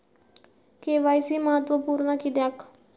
KYC महत्त्वपुर्ण किद्याक?